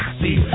see